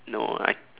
no I